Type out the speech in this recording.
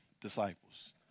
disciples